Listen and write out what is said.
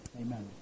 amen